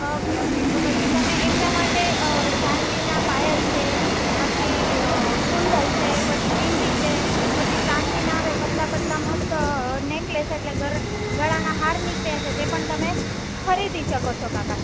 okay okay તો પછી તમે એમના માટે ચાંદીના પાયલ છે પછી કુંડલ છે વીંટી છે પછી ચાંદીના આવે પાતળા પાતળા મસ્ત નેકલેસ એટલે ગળાના હાર નીકળ્યા છે તે પણ તમે ખરીદી શકો છો કાકા